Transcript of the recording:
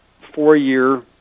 four-year